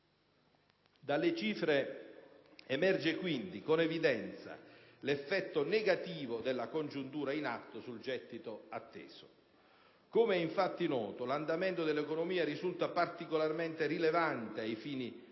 Dalle cifre emerge quindi con evidenza l'effetto negativo della congiuntura in atto sul gettito atteso. Come è infatti noto, l'andamento dell'economia risulta particolarmente rilevante ai fini dell'analisi